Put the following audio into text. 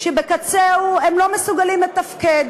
שבקצהו הם לא מסוגלים לתפקד.